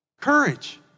Courage